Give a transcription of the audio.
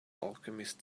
alchemist